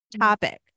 topic